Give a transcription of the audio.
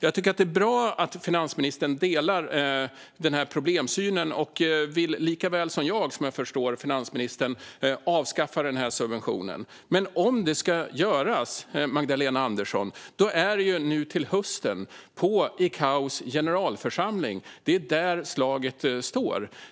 Jag tycker att det är bra att finansministern delar problemsynen och, som jag förstår finansministern, liksom jag vill avskaffa den här subventionen. Men om det ska göras, Magdalena Andersson, är det nu till hösten på ICAO:s generalförsamling som slaget står.